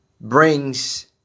brings